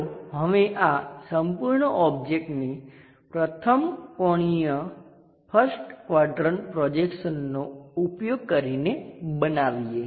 ચાલો હવે આ સંપૂર્ણ ઓબ્જેક્ટને પ્રથમ કોણીય 1st ક્વાડ્રંટ પ્રોજેક્શનનો ઉપયોગ કરીને બનાવીએ